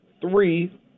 three